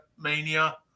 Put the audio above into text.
Mania